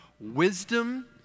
Wisdom